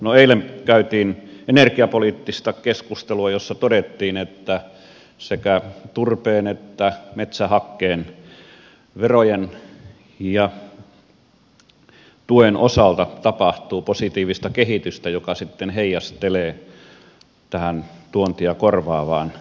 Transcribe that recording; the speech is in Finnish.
no eilen käytiin energiapoliittista keskustelua jossa todettiin että sekä turpeen että metsähakkeen verojen ja tuen osalta tapahtuu positiivista kehitystä joka sitten heijastelee tähän tuontia korvaavaan problematiikkaan